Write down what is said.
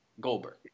Goldberg